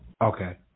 Okay